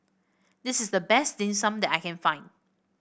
this is the best Dim Sum that I can find